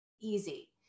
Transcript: easy